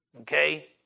Okay